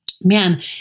Man